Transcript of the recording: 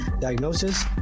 diagnosis